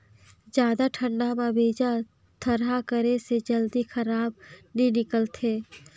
जादा ठंडा म बीजा थरहा करे से जल्दी काबर नी निकलथे?